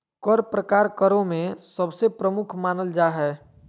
कर प्रकार करों में सबसे प्रमुख मानल जा हय